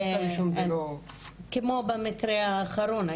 כמו במקרה האחרון,